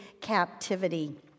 captivity